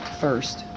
first